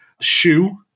shoe